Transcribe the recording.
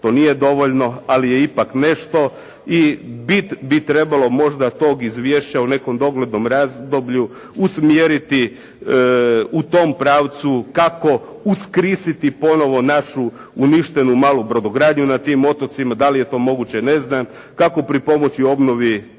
to nije dovoljno, ali je ipak nešto i bit bi trebalo možda tog izvješća u nekom doglednom razdoblju usmjeriti u tom pravcu kako uskrisiti ponovo našu uništenu malu brodogradnju na tim otocima. Da li je to moguće ne znam, kako pripomoći obnovi